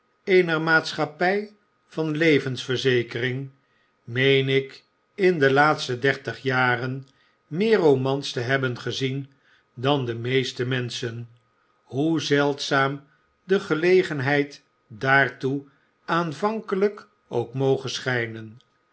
eener maatschapptj van levensverzekering meen ik in de laatste dertig jaren meer romans te hebben gezien dan de meeste menschen hoe zeldzaam de gelegenheid daartoe aanvankelp ook moge schjjnen